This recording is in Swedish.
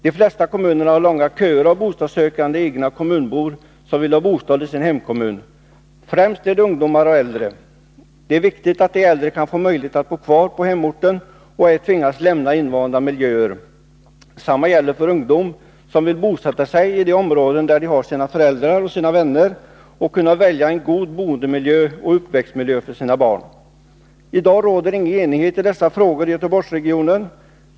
De flesta kommunerna har långa köer av bostadssökande, egna kommunbor, som vill ha bostad i sin hemkommun. Främst är det ungdomar och äldre. Det är viktigt att de äldre kan få möjlighet att bo kvar på hemorten och ej tvingas lämna invanda miljöer. Detsamma gäller för ungdom, som vill bosätta sig i de områden där de har sina föräldrar och sina vänner och kan välja en god boendemiljö och uppväxtmiljö för sina barn. I dag råder ingen enighet i dessa frågor i Göteborgsregionen.